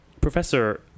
Professor